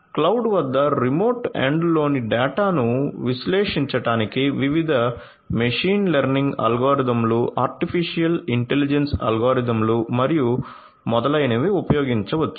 cloud వద్ద remote ఎండ్లోని డేటాను విశ్లేషించడానికి వివిధ మెషీన్ లెర్నింగ్ అల్గోరిథంలు ఆర్టిఫిషియల్ ఇంటెలిజెన్స్ అల్గోరిథంలు మరియు మొదలైనవి ఉపయోగించవచ్చు